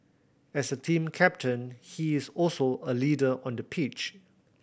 as the team captain he is also a leader on the pitch